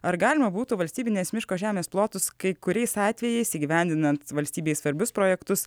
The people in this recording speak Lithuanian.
ar galima būtų valstybinės miško žemės plotus kai kuriais atvejais įgyvendinant valstybei svarbius projektus